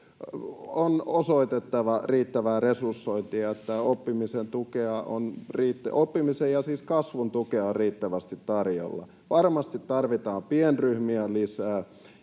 on osoitettava riittävää resurssointia, että oppimisen ja siis kasvun tukea on riittävästi tarjolla. Varmasti tarvitaan pienryhmiä lisää,